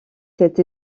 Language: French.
cet